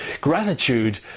gratitude